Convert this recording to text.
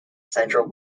central